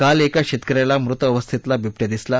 काल एका शेतकऱ्याला मृत अवस्थेतला विबटया दिसला